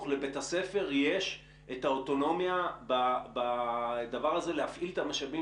לבית הספר יש את האוטונומיה בדבר הזה להפעיל את המשאבים